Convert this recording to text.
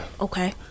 Okay